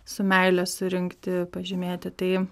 su meile surinkti pažymėti tai